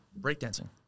breakdancing